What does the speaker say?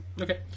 Okay